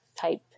type